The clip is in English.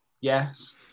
yes